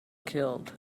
killed